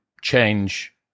change